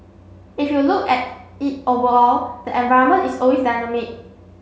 if you look at it overall the environment is always dynamic